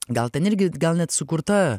gal ten irgi gal net sukurta